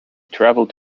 travelled